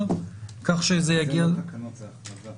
כך שזה יגיע --- כל התקנות זה הכרזה.